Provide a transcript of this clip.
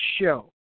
show